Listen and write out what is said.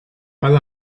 mae